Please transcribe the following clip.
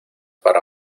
para